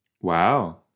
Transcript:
Wow